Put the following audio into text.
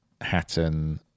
Hatton